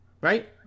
Right